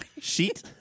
Sheet